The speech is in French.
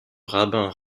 rabbin